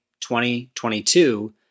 2022